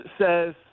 says